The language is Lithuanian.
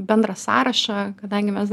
bendrą sąrašą kadangi mes